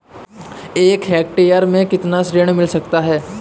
एक हेक्टेयर में कितना ऋण मिल सकता है?